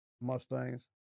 Mustangs